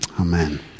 amen